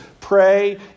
pray